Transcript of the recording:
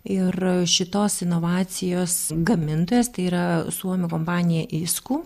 ir šitos inovacijos gamintojas tai yra suomių kompanija isku